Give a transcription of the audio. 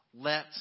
Let